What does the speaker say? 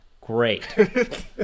great